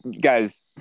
guys